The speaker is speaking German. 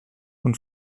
und